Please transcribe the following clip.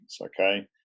okay